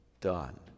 done